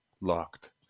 locked